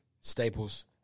Staples